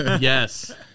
yes